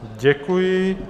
Děkuji.